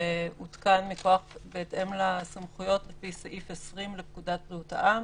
שהותקן בהתאם לסמכויות לפי סעיף 20 לפקודת בריאות העם.